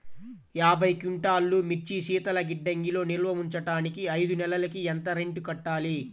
యాభై క్వింటాల్లు మిర్చి శీతల గిడ్డంగిలో నిల్వ ఉంచటానికి ఐదు నెలలకి ఎంత రెంట్ కట్టాలి?